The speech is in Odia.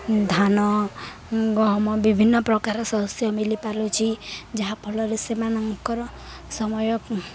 ଧାନ ଗହମ ବିଭିନ୍ନପ୍ରକାର ଶସ୍ୟ ମିଲିପାରୁଛିି ଯାହା ଫଳରେ ସେମାନଙ୍କର ସମୟ